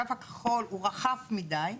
הקו הכחול הוא רחב מידי,